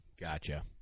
gotcha